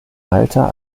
alter